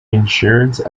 insurance